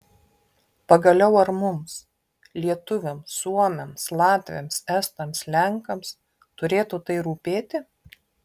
pagaliau ar mums lietuviams suomiams latviams estams lenkams turėtų tai rūpėti